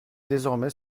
désormais